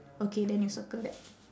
okay then you circle that